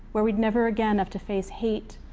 where we'd never again have to face hate,